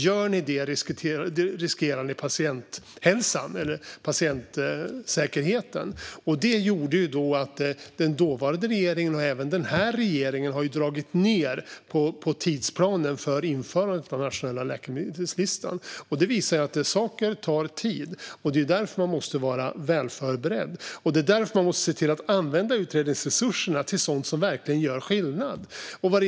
Annars hade vi riskerat patientsäkerheten. Det gjorde att dåvarande regering slog ned på takten för tidsplanen för ett införande av den nationella läkemedelslistan, vilket även den nuvarande regeringen har gjort. Detta visar att saker tar tid. Därför måste man vara väl förberedd och använda utredningsresurserna till sådant som verkligen gör skillnad.